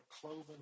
cloven